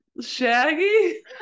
shaggy